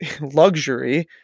luxury